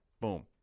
Boom